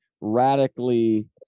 radically